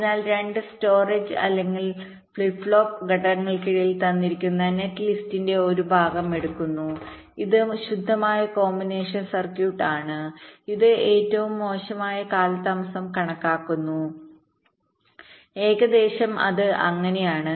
അതിനാൽ 2 സ്റ്റോറേജ് അല്ലെങ്കിൽ flip flop ഘട്ടങ്ങൾക്കിടയിൽ തന്നിരിക്കുന്ന നെറ്റ് ലിസ്റ്റിന്റെ ഒരു ഭാഗം എടുക്കുന്നു ഇത് ഒരു ശുദ്ധമായ കോമ്പിനേഷൻ സർക്യൂട്ട് ആണ് ഇത് ഏറ്റവും മോശമായ കാലതാമസം കണക്കാക്കുന്നു ഏകദേശം അത് അങ്ങനെയാണ്